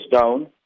down